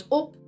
op